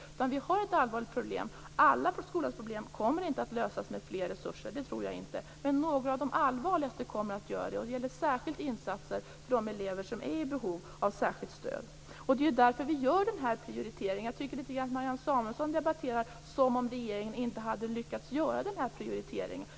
Vi har ett allvarligt problem. Alla skolans problem kommer inte att lösas med mer resurser. Det tror jag inte. Men några av de allvarligaste problemen kommer att lösas. Det gäller särskilt insatser för de elever som är i behov av särskilt stöd. Det är ju därför vi gör den här prioriteringen. Jag tycker att Marianne Samuelsson debatterar litet grand som om regeringen inte hade lyckats göra den här prioriteringen.